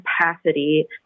capacity